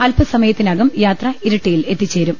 അൽപസമയത്തിനകം യാത്ര ഇരിട്ടിയിൽ എത്തിച്ചേരും